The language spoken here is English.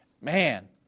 man